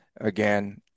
Again